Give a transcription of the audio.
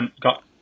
got